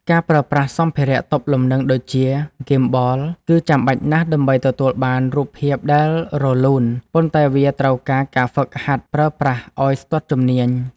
ការប្រើប្រាស់សម្ភារៈទប់លំនឹងដូចជា ហ្គីមបល គឺចាំបាច់ណាស់ដើម្បីទទួលបានរូបភាពដែលរលូន ប៉ុន្តែវាត្រូវការការហ្វឹកហាត់ប្រើប្រាស់ឱ្យស្ទាត់ជំនាញ។